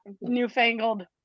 newfangled